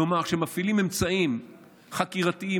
כלומר כשמפעילים אמצעים חקירתיים,